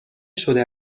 شده